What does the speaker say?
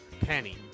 Penny